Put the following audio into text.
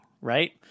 right